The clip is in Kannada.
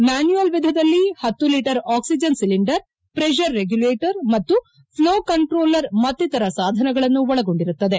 ಮ್ಯಾನ್ಯುಯಲ್ ವಿಧದಲ್ಲಿ ಪತ್ತು litre oxygen cylinder pressure regulator ಮತ್ತು ಫ್ಲೋ ಕಂಟ್ರೋಲರ್ ಮಕ್ತಿತರ ಸಾಧನಗಳನ್ನು ಒಳಗೊಂಡಿರುತ್ತದೆ